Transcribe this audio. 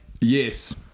Yes